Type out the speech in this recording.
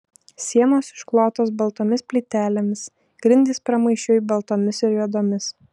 sienos išklotos baltomis plytelėmis grindys pramaišiui baltomis ir juodomis